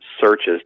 searches